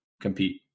compete